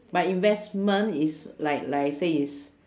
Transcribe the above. but investment is like like I say is